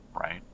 Right